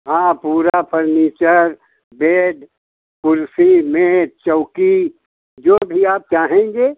हाँ पूरा furniture bed कुर्सी मेज़ चौकी जो भी आप चाहेंगे